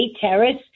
Terrace